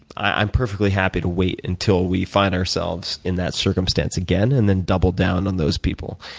i'm perfectly happy to wait until we find ourselves in that circumstance again and then double down on those people.